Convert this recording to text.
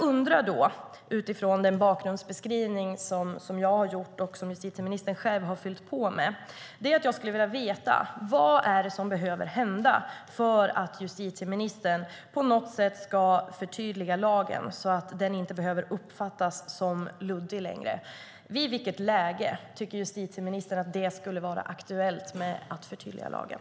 Utifrån den bakgrundsbeskrivning som jag har gjort och som justitieministern själv har fyllt på skulle jag vilja veta: Vad är det som behöver hända för att justitieministern på något sätt ska förtydliga lagen så att den inte längre behöver uppfattas som luddig? I vilket läge tycker justitieministern att det skulle vara aktuellt att förtydliga lagen?